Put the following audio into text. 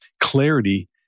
clarity